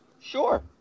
sure